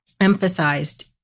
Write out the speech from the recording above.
emphasized